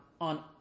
on